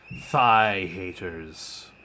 thigh-haters